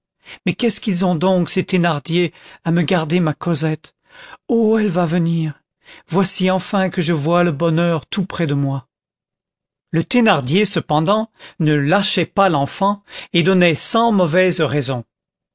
mais qu'est-ce qu'ils ont donc ces thénardier à me garder ma cosette oh elle va venir voici enfin que je vois le bonheur tout près de moi le thénardier cependant ne lâchait pas l'enfant et donnait cent mauvaises raisons